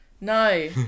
No